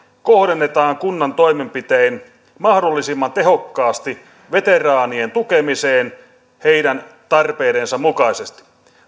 kohdennetaan kunnan toimenpitein mahdollisimman tehokkaasti veteraanien tukemiseen heidän tarpeidensa mukaisesti